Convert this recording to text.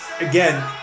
again